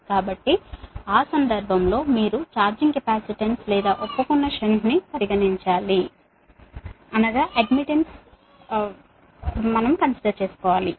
కాబట్టి ఆ సందర్భంలో మీరు ఛార్జింగ్ కెపాసిటెన్స్ లేదా అడ్మిట్టేడ్ షంట్ ను పరిగణించాలి